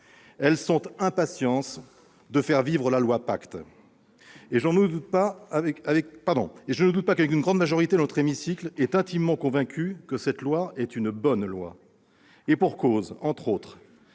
Elles sont impatientes de faire vivre la loi Pacte. Je ne doute pas qu'une large majorité de notre hémicycle soit intimement convaincue que cette loi est une bonne loi. Et pour cause : entre autres